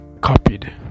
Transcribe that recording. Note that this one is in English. copied